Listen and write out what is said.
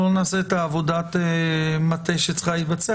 אנחנו לא נעשה אמנם את עבודת המטה שצריכה להתבצע,